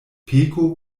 peko